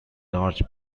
large